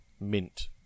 Mint